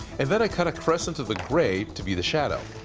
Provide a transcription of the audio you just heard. and then i cut a crescent of the gray to be the shadow.